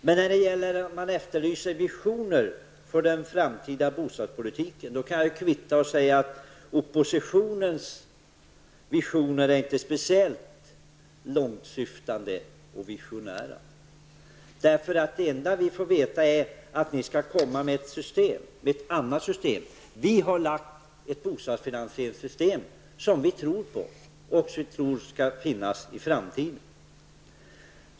Men när han efterlyser visioner för den framtida bostadspolitiken kan jag kvittera med att säga att oppositionens förslag inte är speciellt långtsyftande och visionära. Det enda vi får veta är att ni skall komma med ett annat system. Vi har lagt fram ett bostadsfinansieringssystem som vi tror på och som vi tror skall stå sig för framtiden.